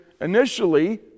initially